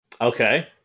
Okay